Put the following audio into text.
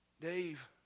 Dave